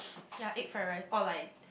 ya egg fried rice or like